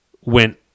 went